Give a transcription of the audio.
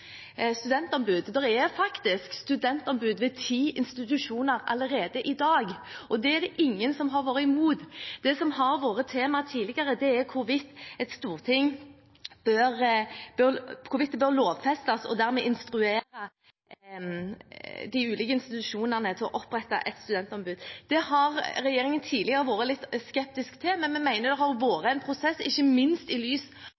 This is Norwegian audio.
er faktisk studentombud ved ti institusjoner allerede i dag, og det er det ingen som har vært imot. Det som har vært tema tidligere, er hvorvidt det bør lovfestes – at en dermed instruerer de ulike institusjonene til å opprette et studentombud. Det har regjeringen tidligere vært litt skeptisk til, men vi mener det har vært en prosess, ikke minst i lys